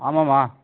ஆமாம்மா